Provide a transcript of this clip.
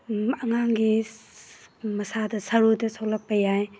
ꯑꯉꯥꯡꯒꯤ ꯃꯁꯥꯗ ꯁꯔꯨꯗ ꯁꯣꯛꯂꯛꯄ ꯌꯥꯏ